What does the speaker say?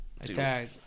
attack